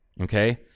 okay